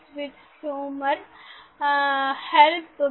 "Managing Conflicts with Humor" helpguide